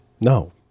No